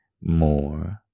more